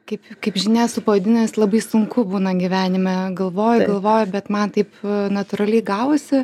kaip kaip žinia su pavadinimais labai sunku būna gyvenime galvoju galvoju bet man taip natūraliai gavosi